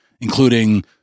including